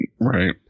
Right